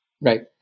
Right